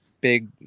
big